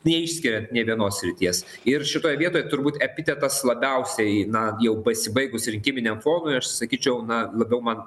neišskiriant nė vienos srities ir šitoj vietoj turbūt epitetas labiausiai įeina jau pasibaigus rinkiminiam fondui aš sakyčiau na labiau man